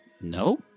No